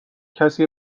کسی